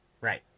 Right